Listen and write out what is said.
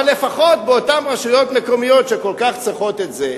אבל לפחות באותן רשויות מקומיות שכל כך צריכות את זה,